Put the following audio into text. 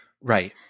Right